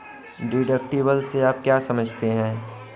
Deductible से आप क्या समझते हैं?